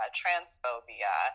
transphobia